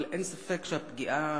אבל אין ספק שהפגיעה